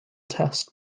test